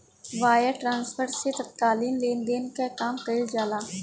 wire transfer से तात्कालिक लेनदेन कअ काम कईल जाला